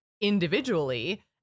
individually